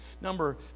number